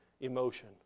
emotion